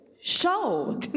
show